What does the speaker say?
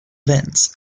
events